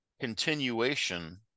continuation